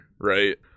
right